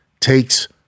takes